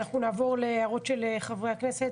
נעבור להערות של חברי הכנסת,